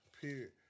period